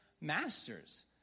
masters